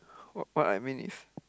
what what I mean is